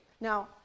Now